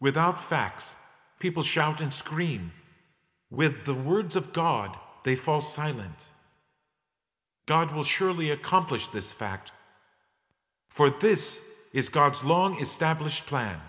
without facts people shout and scream with the words of god they fall silent god will surely accomplish this fact for this is god's long established plan